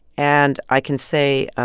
and i can say